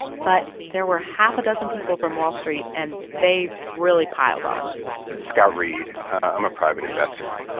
but there were half a dozen people from wall street, and they really piled on it's scott reed. i'm a private investor.